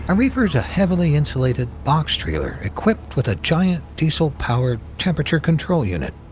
and reefer's a heavily insulated box trailer equipped with a giant diesel-powered temperature control unit.